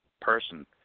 person